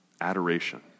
adoration